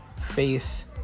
face